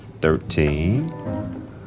thirteen